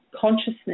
consciousness